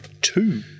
Two